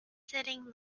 sitting